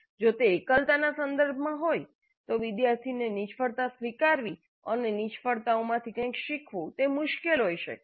મેં કહ્યું તેમ જો તે એકલતાના સંદર્ભમાં હોય તો વિદ્યાર્થીને નિષ્ફળતા સ્વીકારવી અને નિષ્ફળતાઓમાંથી શીખવું કંઈક મુશ્કેલ હોઈ શકે